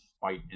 fight